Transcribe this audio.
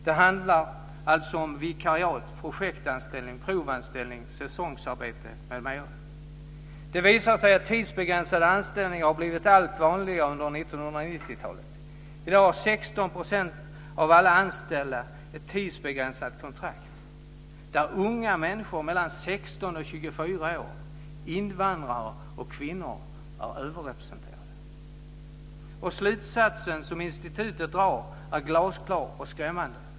Det handlar om vikariat, projektanställning, provanställning, säsongarbete m.m. Det visar sig att tidsbegränsade anställningar har blivit allt vanligare under 1990-talet. I dag har 16 % av alla anställda ett tidsbegränsat kontrakt. Unga människor mellan 16 och 24 år, invandrare och kvinnor är överrepresenterade. Slutsatsen som institutet drar är glasklar och skrämmande.